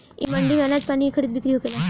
ए मंडी में आनाज पानी के खरीद बिक्री होखेला